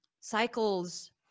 cycles